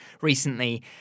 recently